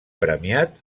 premiat